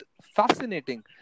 fascinating